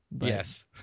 Yes